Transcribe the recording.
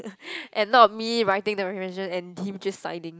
and not me writing the recommendation and him just signing